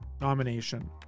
nomination